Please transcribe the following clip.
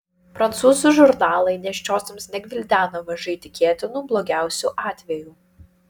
prancūzų žurnalai nėščiosioms negvildena mažai tikėtinų blogiausių atvejų